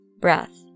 Breath